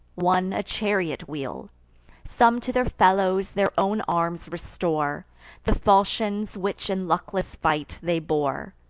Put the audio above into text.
one a chariot wheel some to their fellows their own arms restore the fauchions which in luckless fight they bore,